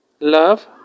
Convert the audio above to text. Love